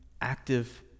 active